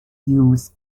use